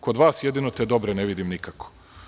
Kod vas jedino te dobre ne vidim nikako.